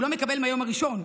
הוא לא מקבל מהיום הראשון,